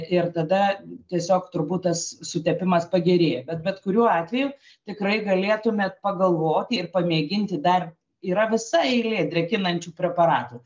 ir tada tiesiog turbūt tas sutepimas pagerėja bet bet kuriuo atveju tikrai galėtumėt pagalvoti ir pamėginti dar yra visa eilė drėkinančių preparatų